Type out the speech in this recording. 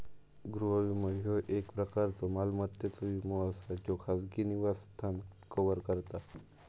गृह विमो, ह्यो एक प्रकारचो मालमत्तेचो विमो असा ज्यो खाजगी निवासस्थान कव्हर करता